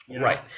Right